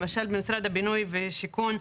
למשל במשרד הבינוי והשיכון,